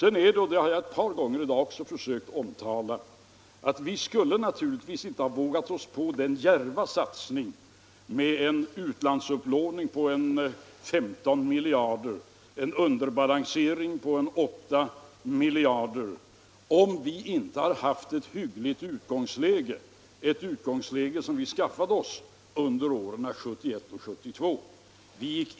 Jag har ett par gånger försökt tala om att vi naturligtvis inte skulle ha vågat oss på den djärva satsningen med en utlandsupplåning på ca 15 miljarder kronor och ett underskott i bytesbalansen på ca 6 miljarder kronor om vi inte hade haft ett hyggligt utgångsläge, som vi skaffade oss under åren 1971, 1972 och 1973.